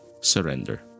surrender